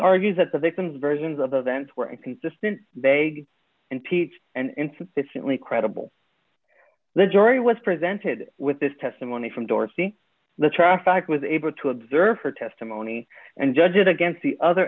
argues that the victim's versions of events were inconsistent they did in peach and insufficiently credible the jury was presented with this testimony from dorsey the traffic was able to observe her testimony and judge it against the other